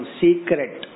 secret